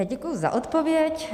Já děkuji za odpověď.